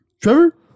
Trevor